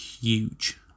huge